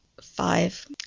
Five